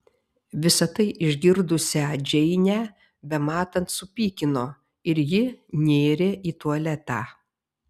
visa tai išgirdusią džeinę bematant supykino ir ji nėrė į tualetą